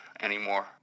anymore